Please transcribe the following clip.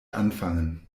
anfangen